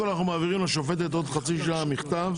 מעבירים לשופטת מכתב.